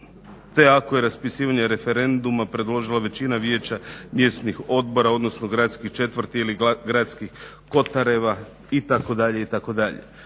te ako je raspisivanje referenduma predložila većina vijeća mjesnih odbora odnosno gradskih četvrti ili gradskih kotareva itd.,